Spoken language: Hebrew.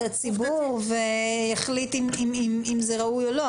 הציבור יחליט אם זה ראוי או לא,